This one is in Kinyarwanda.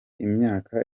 imyaka